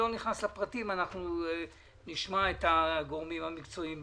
האם דיברתם עם הגורמים המקצועיים?